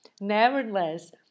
Nevertheless